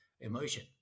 emotion